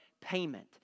Payment